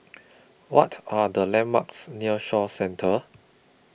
What Are The landmarks near Shaw Centre